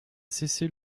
cessez